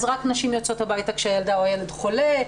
אז רק נשים יוצאות הביתה כשהילדה או הילד חולה,